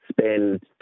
spend